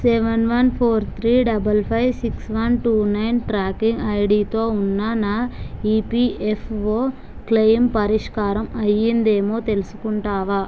seven one four three double five six one two nine tracking ఐడితో ఉన్న నా EPFO claim పరిష్కారం అయ్యిందేమో తెలుసుకుంటావా